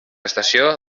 estació